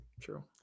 true